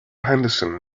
henderson